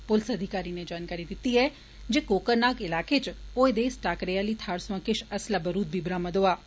पुलस अधिकारी नै जानकारी दिती ऐ जे कोकरनाग इलाके च होए दे इस टाकरे आली थाहर सोयां किश असला बरुद्ध बी बरामद होआ ऐ